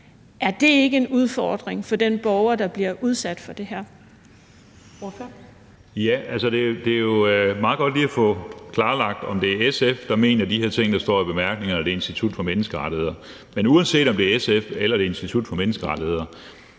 Ellemann): Ordføreren. Kl. 13:50 Peter Skaarup (DF): Det er jo meget godt lige at få klarlagt, om det er SF, der mener de her ting, der står i bemærkningerne, eller om det er Institut for Menneskerettigheder. Men uanset om det er SF, eller om det er Institut for Menneskerettigheder,